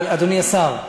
אדוני השר,